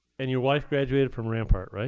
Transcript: and your wife graduated from rampart,